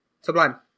Sublime